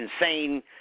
insane